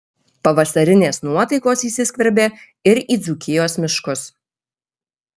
pavasarinės nuotaikos įsiskverbė ir į dzūkijos miškus